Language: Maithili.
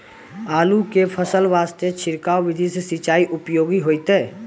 आलू के फसल वास्ते छिड़काव विधि से सिंचाई उपयोगी होइतै?